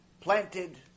planted